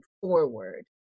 forward